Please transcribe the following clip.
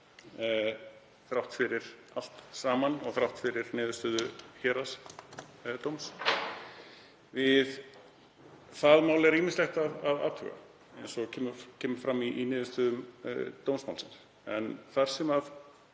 þrátt fyrir allt saman og þrátt fyrir niðurstöðu héraðsdóms. Við það mál er ýmislegt að athuga eins og kemur fram í niðurstöðum dómsmálsins. En það sem